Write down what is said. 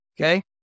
okay